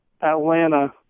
Atlanta